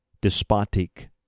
despotic